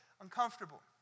uncomfortable